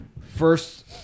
first